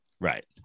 right